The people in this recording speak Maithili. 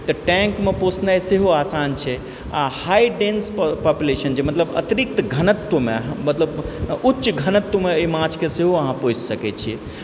तऽ टैंकमे पोषनाइ सेहो आसान छै आ हाइ डेंस पॉप्युलेशन छै मतलब अतिरिक्त घनत्वमे मतलब उच्च घनत्वमे ई माछके सेहो अहाँ पोषि सकैत छियै